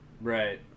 Right